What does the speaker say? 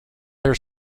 their